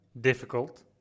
Difficult